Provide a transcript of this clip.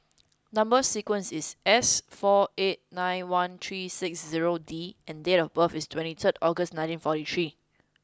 number sequence is S four eight nine one three six zero D and date of birth is twenty third August nineteen forty three